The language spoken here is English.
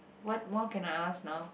what more can I ask now